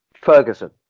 Ferguson